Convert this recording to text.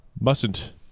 mustn't